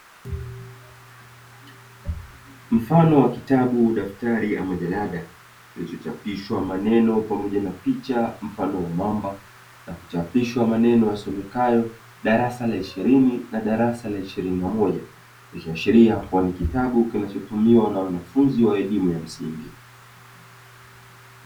Mfano wa kitabu, daftari ama jalada kilichochapishwa maneno pamoja na picha mfano wa mamba, na kuchapishwa maneno yasomekayo darasa la ishirini na darasa la ishirini na moja, ikiashiria kuwa ni kitabu kinachotumiwa na wanafunzi wa elimu ya msingi.